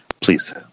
Please